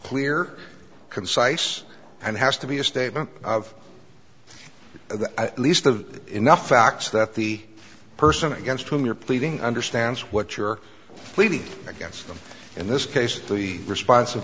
clear concise and has to be a statement of at least of enough facts that the person against whom you're pleading understands what you're pleading against them in this case the response